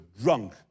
drunk